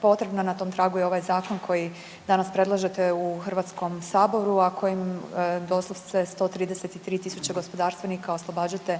potrebna. Na tom tragu je ovaj zakon koji danas predlažete u Hrvatskom saboru, a kojim doslovce 133.000 gospodarstvenika oslobađate